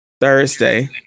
Thursday